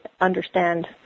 understand